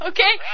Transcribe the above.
Okay